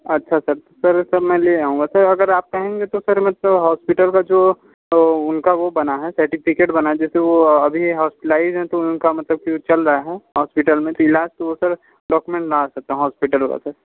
अच्छा sir sir तब मैं ले आऊंगा सर अगर आप कहेंगें तो सर मैं हॉस्पिटल का जो उनका वो बना है सर्टिफिकेट बना है जैसे वो अभी हॉस्पिटलाइज्ड हैं तो उनका मतलब की चल रहा है हॉस्पिटल में इलाज तो सर डॉक्यूमेंट ला सकता हूँ हॉस्पिटल वाले